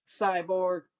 cyborg